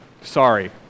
Sorry